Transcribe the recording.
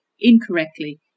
incorrectly